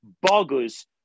bogus